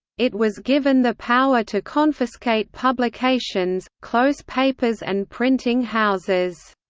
it was given the power to confiscate publications, close papers and printing houses.